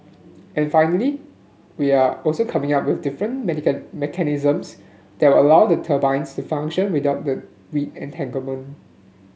and finally we're also coming up with different mechanisms that will allow the turbines to function without weed entanglement